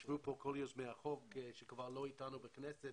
ישבו כאן כל יוזמי החוק שכבר לא אתנו בכנסת.